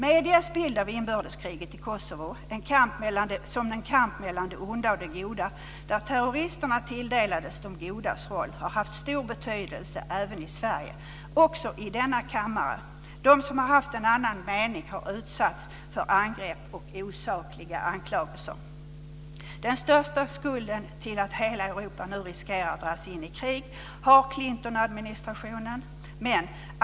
Mediernas bild av inbördeskriget i Kosovo, som en kamp mellan det onda och det goda där terroristerna tilldelades det godas roll, har haft stor betydelse även i Sverige - också i denna kammare. De som har haft en annan mening har utsatts för angrepp och osakliga anklagelser. Den största skulden till att hela Europa nu riskerar att dras in i krig har Clintonadministrationen.